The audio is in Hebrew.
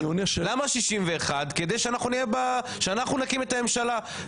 כדי שאנחנו נקים את הממשלה.